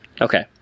okay